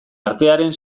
artearen